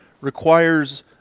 requires